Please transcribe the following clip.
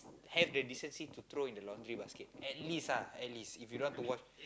have the decency to throw in the laundry basket at least ah at least if you don't want to wash